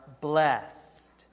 blessed